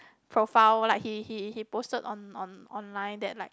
profile like he he he posted on on online that like